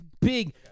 big